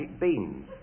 beans